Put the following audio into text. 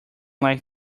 like